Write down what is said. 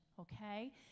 okay